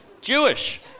Jewish